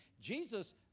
Jesus